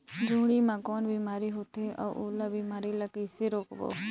जोणी मा कौन बीमारी होथे अउ ओला बीमारी ला कइसे रोकबो?